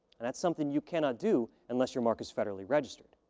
and that's something you cannot do, unless your mark is federally registered.